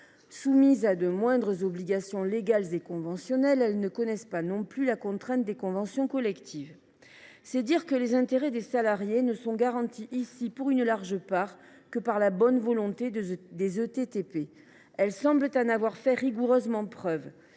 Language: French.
Soumises à de moindres obligations légales et conventionnelles, elles ne connaissent pas non plus la contrainte des conventions collectives. C’est dire que les intérêts des salariés ne sont garantis, pour une large part, que par la bonne volonté des ETTP. Si ces dernières semblent avoir fait preuve d’une